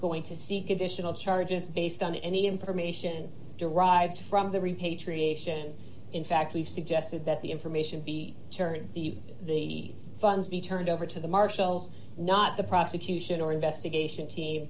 going to seek additional charges based on any information derived from the repatriation in fact we've suggested that the information be turned the the funds be turned over to the marshals not the prosecution or investigation